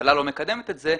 שהממשלה לא מקדמת את זה,